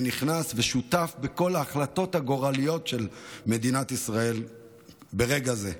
נכנס ושותף בכל ההחלטות הגורליות של מדינת ישראל ברגע זה.